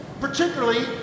particularly